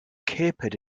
capered